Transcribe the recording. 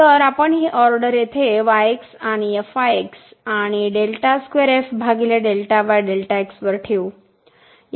तर आपण ही ऑर्डर येथे yx आणि fyx आणि वर ठेवू